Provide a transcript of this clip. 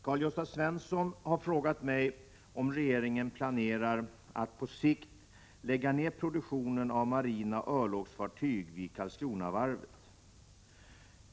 Herr talman! Karl-Gösta Svenson har frågat mig om regeringen planerar att på sikt lägga ned produktionen av marina örlogsfartyg vid Karlskronavarvet.